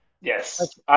Yes